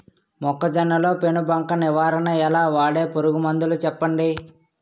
మొక్కజొన్న లో పెను బంక నివారణ ఎలా? వాడే పురుగు మందులు చెప్పండి?